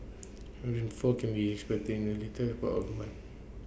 rainfall can be expected in the later part of month